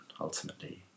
ultimately